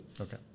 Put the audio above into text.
Okay